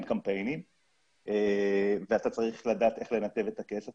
קמפיינים ואתה צריך לדעת איך לנתב את הכסף,